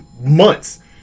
months